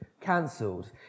cancelled